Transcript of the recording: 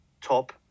top